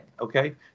okay